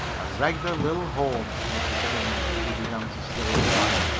a regular lil' home, muttered tim as he began to stow his bag.